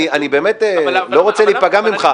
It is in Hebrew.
אני באמת לא רוצה להיפגע ממך,